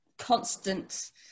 constant